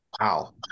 Wow